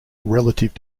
relative